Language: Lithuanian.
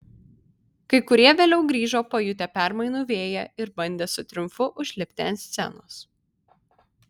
kai kurie vėliau grįžo pajutę permainų vėją ir bandė su triumfu užlipti ant scenos